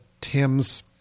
Tim's